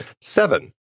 Seven